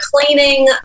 cleaning